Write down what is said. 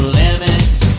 limits